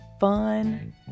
Fun